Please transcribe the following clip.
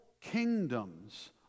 kingdoms